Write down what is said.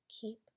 Keep